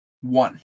One